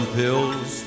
pills